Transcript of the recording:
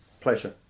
Pleasure